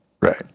Right